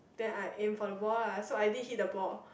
then I aim for the ball lah so I did hit the ball